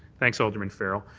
thanks, alderman farrell.